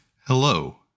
Hello